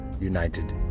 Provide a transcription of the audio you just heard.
United